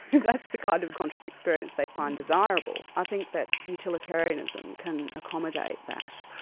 that's the kind of conscious experience they find desirable, i think that utilitarianism can accommodate that.